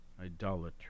idolatry